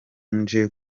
nje